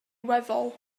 weddol